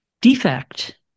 defect